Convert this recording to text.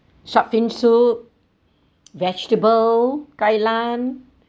shark fin soup vegetable kai lan